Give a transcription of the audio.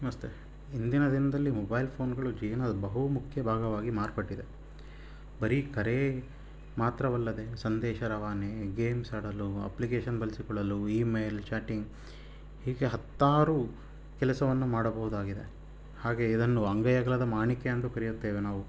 ನಮಸ್ತೆ ಇಂದಿನ ದಿನದಲ್ಲಿ ಮೊಬೈಲ್ ಫೋನ್ಗಳು ಜೀವ್ನದ ಬಹು ಮುಖ್ಯ ಭಾಗವಾಗಿ ಮಾರ್ಪಟ್ಟಿದೆ ಬರೀ ಕರೆ ಮಾತ್ರವಲ್ಲದೆ ಸಂದೇಶ ರವಾನೆ ಗೇಮ್ಸ್ ಆಡಲು ಅಪ್ಲಿಕೇಶನ್ ಬಳ್ಸಿಕೊಳ್ಳಲು ಇಮೇಲ್ ಚಾಟಿಂಗ್ ಹೀಗೇ ಹತ್ತಾರು ಕೆಲಸವನ್ನು ಮಾಡಬಹುದಾಗಿದೆ ಹಾಗೇ ಇದನ್ನು ಅಂಗೈಯಗಲದ ಮಾಣಿಕ್ಯ ಎಂದು ಕರಿಯುತ್ತೇವೆ ನಾವು